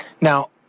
Now